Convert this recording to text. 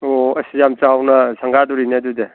ꯑꯣ ꯑꯁ ꯌꯥꯝ ꯆꯥꯎꯅ ꯁꯪꯒꯥꯗꯣꯔꯤꯅꯦ ꯑꯗꯨꯗꯤ